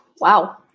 wow